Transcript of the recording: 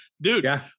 dude